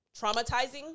traumatizing